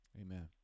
amen